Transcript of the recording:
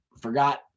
forgot